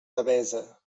devesa